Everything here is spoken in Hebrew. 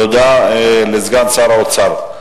תודה לסגן שר האוצר.